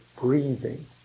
Breathing